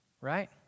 Right